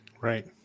right